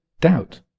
doubt